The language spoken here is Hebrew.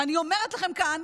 ואני אומרת לכם כאן: